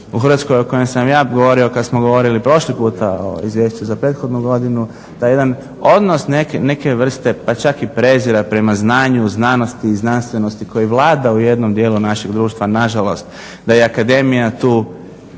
u Hrvatskoj o kojem sam ja govorio kada smo govorili prošli puta o izvješću za prethodnu godinu, taj jedan odnos neke vrste pa čak i prezira prema znanju, znanosti i znanstvenosti koji vlada u jednom dijelu našeg društva. Nažalost da je i akademija